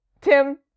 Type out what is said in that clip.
Tim